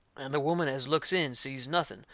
and the woman as looks in sees nothing,